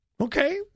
Okay